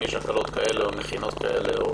האם יש הקלות כאלה או מכינות כאלה או